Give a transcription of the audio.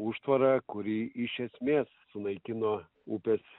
užtvara kuri iš esmės sunaikino upės